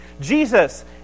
Jesus